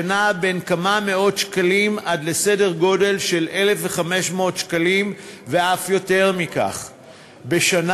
שנע בין כמה מאות שקלים עד לסדר גודל של 1,500 שקלים ואף יותר מכך בשנה,